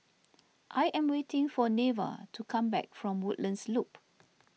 I am waiting for Neva to come back from Woodlands Loop